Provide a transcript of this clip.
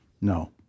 No